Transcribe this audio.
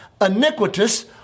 iniquitous